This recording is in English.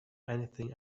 anything